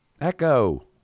Echo